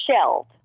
Shelled